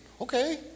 okay